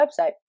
website